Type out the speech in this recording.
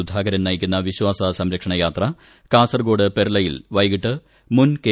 സുധാകരൻ നയിക്കുന്ന വിശ്വാസ സംരക്ഷണ യാത്ര കാസർഗോഡ് പെർലയിൽ വൈകിട്ട് മുൻ കെ